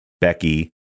Becky